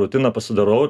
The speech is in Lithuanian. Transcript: rutiną pasidarau